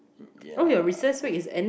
yeah